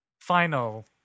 final